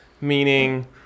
meaning